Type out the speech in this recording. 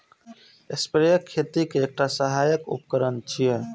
sprayer खेती के एकटा सहायक उपकरण छियै